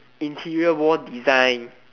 interior wall design